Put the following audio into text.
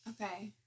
Okay